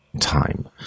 time